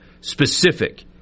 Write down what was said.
specific